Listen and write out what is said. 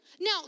Now